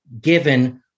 given